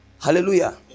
Hallelujah